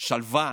שלווה.